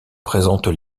présentent